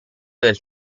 del